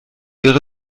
ihre